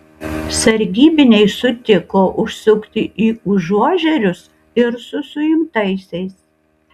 sargybiniai sutiko užsukti į užuožerius ir su suimtaisiais